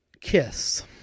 Kiss